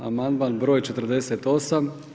Amandman broj 48.